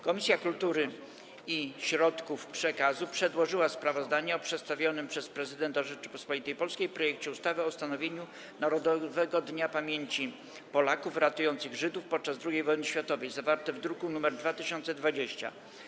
Komisja Kultury i Środków Przekazu przedłożyła sprawozdanie o przedstawionym przez Prezydenta Rzeczypospolitej Polskiej projekcie ustawy o ustanowieniu Narodowego Dnia Pamięci Polaków ratujących Żydów podczas II wojny światowej, zawarte w druku nr 2020.